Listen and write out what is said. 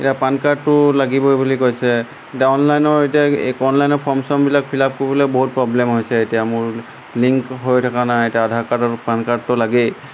এতিয়া পান কাৰ্ডটো লাগিবই বুলি কৈছে এতিয়া অনলাইনৰ এতিয়া এই অনলাইনৰ ফৰ্ম চৰ্বিমলাক ফিলাপ কৰিবলৈ বহুত প্ৰব্লেম হৈছে এতিয়া মোৰ লিংক হৈ থকা নাই এতিয়া আধাৰ কাৰ্ড আৰু পান কাৰ্ডটো লাগেই